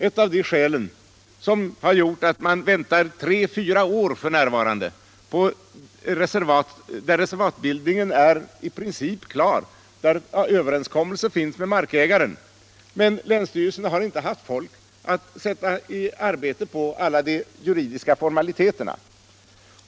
Ett av de skäl som har gjort att man f.n. får vänta tre till fyra år trots att reservatbildningen är i princip klar och överenskommelse med markägaren finns är, att länsstyrelsen inte har haft folk att sätta i arbete med alla de juridiska formaliteterna.